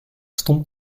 stond